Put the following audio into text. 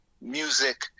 music